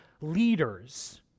leaders